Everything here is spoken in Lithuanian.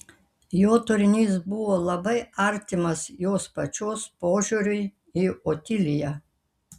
jo turinys buvo labai artimas jos pačios požiūriui į otiliją